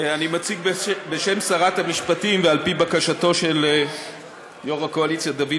אני מציג בשם שרת המשפטים ועל-פי בקשתו של יושב-ראש הקואליציה דוד